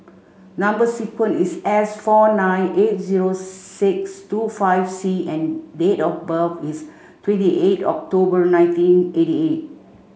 number sequence is S four nine eight zero six two five C and date of birth is twenty eight of October nineteen eighty eight